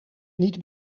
niet